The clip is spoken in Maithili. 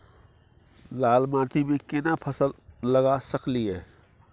लाल माटी में केना फसल लगा सकलिए?